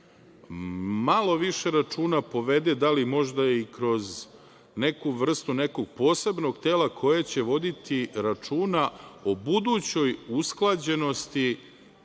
malo više računa povede da li možda i kroz neku vrstu nekog posebnog tela, koje će voditi računa o budućoj usklađenosti